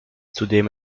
zudem